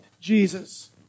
Jesus